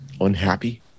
unhappy